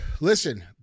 listen